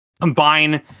combine